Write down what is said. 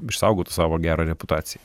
išsaugotų savo gerą reputaciją